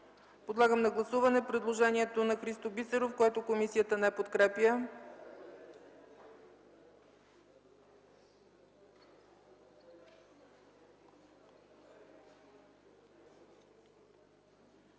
Подлагам на гласуване предложението на Христо Бисеров, което комисията не подкрепя.